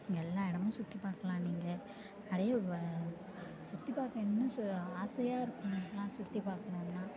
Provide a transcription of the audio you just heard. எல்லா இடமும் சுற்றி பார்க்கலாம் நீங்கள் அப்படியே வ சுற்றி பார்க்க இன்னும் சு ஆசையாக இருக்கும் சுற்றி பார்க்கணுன்னா